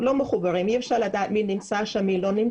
מחוברים ואי אפשר לדעת מי נמצא שם ומי לא.